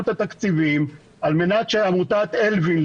את התקציבים על מנת שעמותת אלווין,